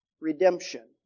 redemption